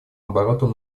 оборотом